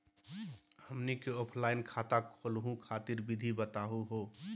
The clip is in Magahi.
हमनी क ऑफलाइन खाता खोलहु खातिर विधि बताहु हो?